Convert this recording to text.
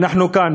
אנחנו כאן,